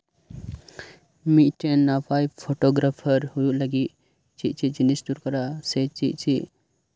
ᱢᱤᱫ ᱴᱮᱱ ᱱᱟᱯᱟᱭ ᱯᱷᱳᱴᱳ ᱜᱨᱟᱯᱷᱟᱨ ᱦᱳᱭᱳᱜ ᱞᱟᱹᱜᱤᱫ ᱪᱮᱫ ᱪᱮᱫ ᱡᱤᱱᱤᱥ ᱫᱚᱨᱠᱟᱨᱟ ᱥᱮ ᱪᱮᱫ ᱪᱮᱫ